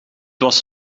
was